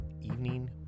evening